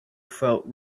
felt